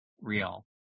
real